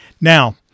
Now